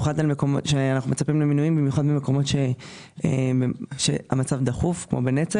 שאנחנו מצפים למינויים במיוחד במקומות בהם המצב דחוף כמו ב"נצר".